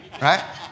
right